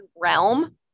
realm